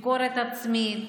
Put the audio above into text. לא שומעים.